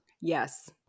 yes